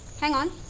hang on!